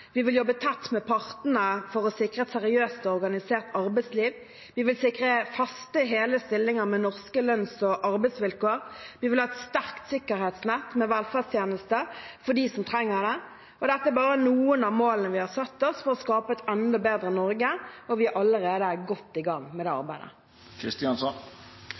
Vi vil jobbe tett med partene for å sikre et seriøst og organisert arbeidsliv. Vi vil sikre faste, hele stillinger med norske lønns og arbeidsvilkår. Vi vil ha et sterkt sikkerhetsnett med velferdstjenester for dem som trenger det. Dette er bare noen av målene vi har satt oss for å skape et enda bedre Norge, og vi er allerede godt i gang med